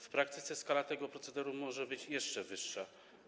W praktyce skala tego procederu może być jeszcze większa.